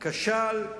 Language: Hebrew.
כשל,